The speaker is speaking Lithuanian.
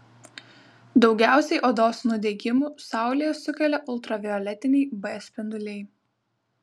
daugiausiai odos nudegimų saulėje sukelia ultravioletiniai b spinduliai